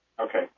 Okay